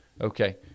okay